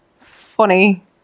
funny